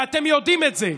ואתם יודעים את זה.